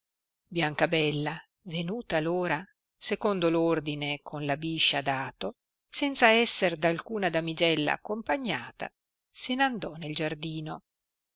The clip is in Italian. biancabella venuta l'ora secondo l'ordine con la biscia dato senza essere d alcuna damigella accompagnata se n andò al giardino